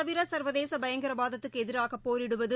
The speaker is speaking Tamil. தவிரசர்வதேசபயங்கரவாதத்துக்குஎதிராகபோரிடுவது